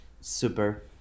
super